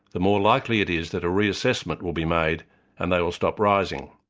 the more likely it is that a reassessment will be made and they will stop rising.